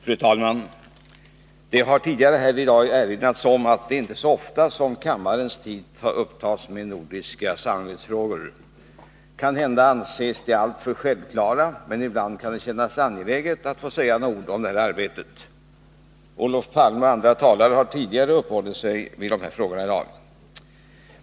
Fru talman! Som tidigare i dag har påpekats är det inte så ofta som kammarens tid upptas med nordiska samarbetsfrågor. Kanhända anses de alltför självklara. Men ibland känns det angeläget att få säga några ord om dessa frågor. Olof Palme och andra talare har tidigare i debatten uppehållit sig vid dem.